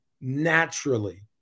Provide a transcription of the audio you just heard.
naturally